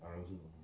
I also don't know